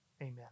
amen